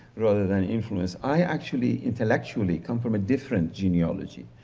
rather than influence? i actually intellectually come from a different genealogy.